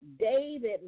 David